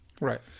Right